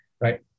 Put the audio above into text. right